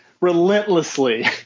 relentlessly